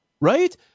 Right